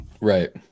Right